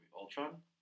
Ultron